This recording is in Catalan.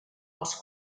als